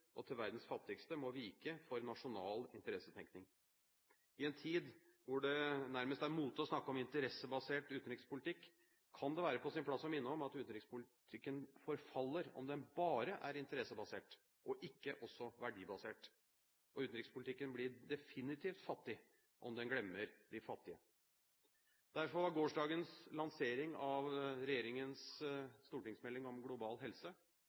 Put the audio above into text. og til verdens fattigste må vike for nasjonal interessetenkning. I en tid da det nærmest er mote å snakke om interessebasert utenrikspolitikk, kan det være på sin plass å minne om at utenrikspolitikken forfaller om den bare er interessebasert og ikke også verdibasert, og utenrikspolitikken blir definitivt fattig om den glemmer de fattige. Derfor var gårsdagens lansering av regjeringens stortingsmelding om global helse